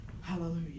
Hallelujah